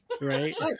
right